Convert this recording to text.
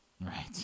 Right